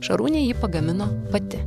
šarūnė jį pagamino pati